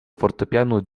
fortepianu